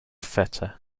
feta